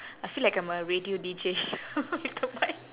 I feel like I'm a radio D_J with the mic